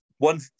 One